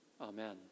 Amen